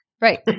Right